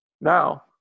now